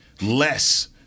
less